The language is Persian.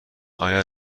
آیا